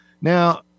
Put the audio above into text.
Now